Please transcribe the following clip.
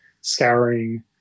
scouring